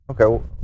Okay